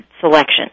selection